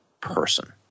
person